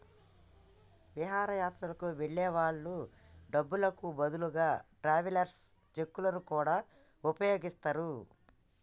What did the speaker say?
విహారయాత్రలకు వెళ్ళే వాళ్ళు డబ్బులకు బదులుగా ట్రావెలర్స్ చెక్కులను గూడా వుపయోగిత్తరు